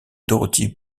dorothy